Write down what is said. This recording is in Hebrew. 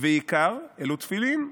ויקר אלו תפילין,